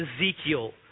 Ezekiel